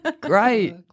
Great